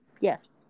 yes